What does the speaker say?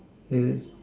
the